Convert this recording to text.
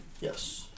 Yes